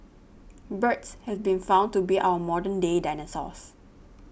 birds has been found to be our modern day dinosaurs